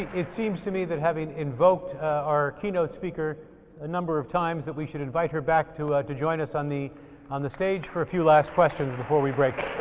it seems to me that having invoked our keynote speaker a number of times that we should invite her back to to join us on the on the stage for a few last questions before we break